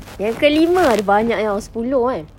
yang kelima banyak tahu sepuluh kan